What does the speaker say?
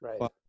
right